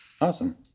Awesome